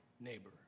neighbor